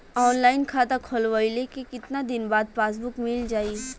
Online खाता खोलवईले के कितना दिन बाद पासबुक मील जाई?